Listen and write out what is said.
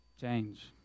Change